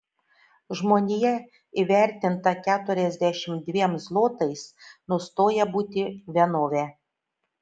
žmonija įvertinta keturiasdešimt dviem zlotais nustoja būti vienove